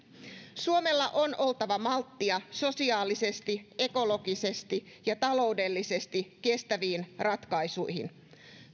suomella on oltava malttia sosiaalisesti ekologisesti ja taloudellisesti kestäviin ratkaisuihin